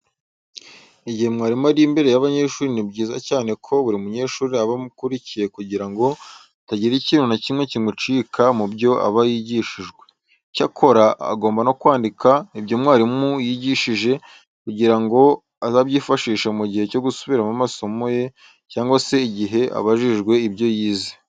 Igihe mwarimu ari imbere y'abanyeshuri ni byiza cyane ko buri munyeshuri aba akurikiye kugira ngo hatagira ikintu na kimwe kimucika mu byo aba yigishijwe. Icyakora, agomba no kwandika ibyo mwarimu yigishije kugira ngo azabyifashishe mu gihe cyo gusubiramo amasomo ye cyangwa se igihe abajijwe ibyo yize.